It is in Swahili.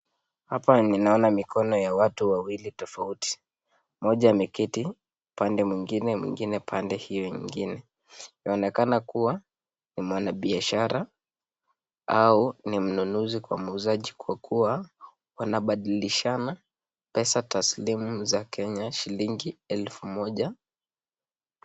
Hapa ninaona mikono ya watu wawili tofauti, mmoja ameketi upande mwingine ,mwingine pande hiyo ingine. Inaonekana kuwa ni mwanabiashara au ni mnunuzi kwa muuzaji kwa kuwa wanabadilishana pesa taslimu za kenya shilingi elfu moja.